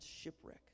shipwreck